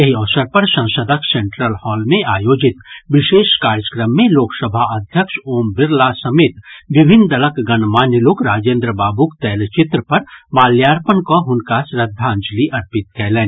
एहि अवसर पर संसदक सेन्ट्रल हॉल मे आयोजित विशेष कार्यक्रम मे लोकसभा अध्यक्ष ओम बिडला समेत विभिन्न दलक गणमान्य लोक राजेन्द्र बावूक तैलचित्र पर माल्यार्पण कऽ हुनका श्रद्धांजलि अर्पित कयलनि